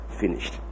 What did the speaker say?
finished